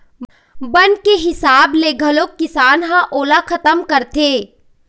बन के हिसाब ले घलोक किसान ह ओला खतम करथे